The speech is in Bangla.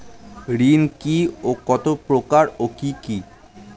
ঋণ কি ও কত প্রকার ও কি কি?